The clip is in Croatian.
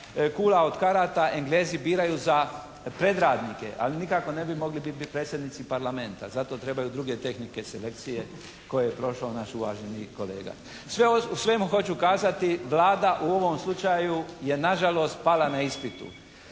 kula od karata Englezi biraju za predradnike, ali nikako ne bi mogli biti predsjednici Parlamenta. Za to trebaju druge tehnike selekcije koje je prošao naš uvaženi kolega. Sve ostalo, svemu hoću kazati Vlada u ovom slučaju je nažalost pala na ispitu.